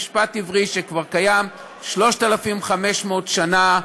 המשפט העברי, שקיים כבר 3,500 שנה,